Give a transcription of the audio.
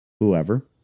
whoever